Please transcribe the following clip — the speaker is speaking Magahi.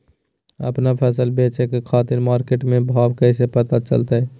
आपन फसल बेचे के खातिर मार्केट के भाव कैसे पता चलतय?